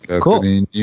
Cool